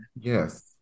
Yes